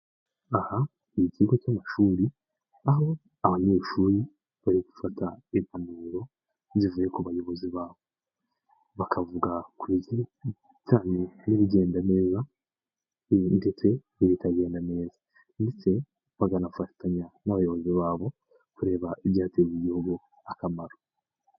Aha ni ikigo cy'amashuri aho abanyeshuri bari gufata impanuro zivuye ku bayobozi babo, bakavuga kujyanye n'ibigenda neza ndetse bikagenda neza ndetse bakanafatanya n'abayobozi babo kureba ibyateza Igihugu akamaro.